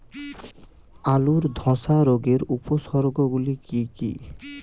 আলুর ধসা রোগের উপসর্গগুলি কি কি?